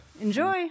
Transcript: Enjoy